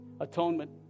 atonement